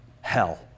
hell